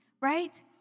right